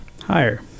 Higher